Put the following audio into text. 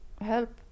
help